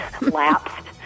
lapsed